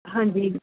ਹਾਂਜੀ